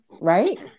right